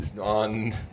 on